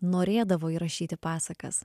norėdavo įrašyti pasakas